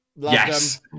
Yes